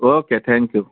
okay thank you